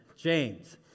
James